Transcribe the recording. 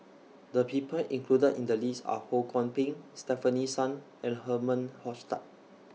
The People included in The list Are Ho Kwon Ping Stefanie Sun and Herman Hochstadt